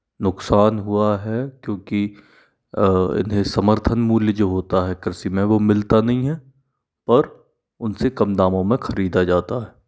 नुकसान हुआ है क्योंकि इन्हें समर्थन मूल्य जो होता कृषि में वो मिलता नहीं है पर उन से कम दामों में खरीदा जाता है